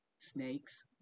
Snakes